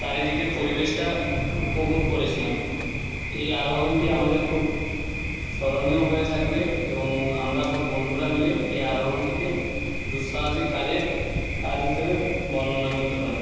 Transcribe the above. চারিদিকের পরিবেশটা উপভোগ করেছিলাম এই আরোহণটি আমাদের খুব স্মরণীয় হয়ে থাকবে এবং আমরা সব বন্ধুরা মিলে এ আরোহণটিকে দুঃসাহসিক কাজের কাজ হিসেবে বর্ণনা করতে পারি